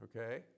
Okay